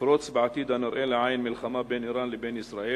תפרוץ בעתיד הנראה לעין מלחמה בין אירן לבין ישראל.